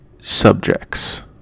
subjects